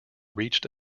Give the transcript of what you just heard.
reached